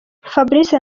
fabrice